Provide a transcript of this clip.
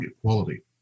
quality